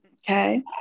Okay